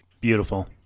Beautiful